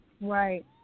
right